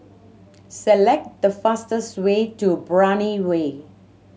select the fastest way to Brani Way